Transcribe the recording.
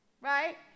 right